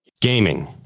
Gaming